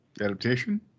adaptation